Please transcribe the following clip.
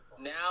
Now